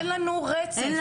אין לנו רצף.